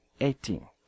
eighteen